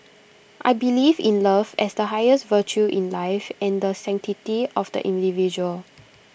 I believe in love as the highest virtue in life and the sanctity of the individual